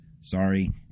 Sorry